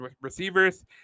receivers